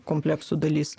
kompleksų dalys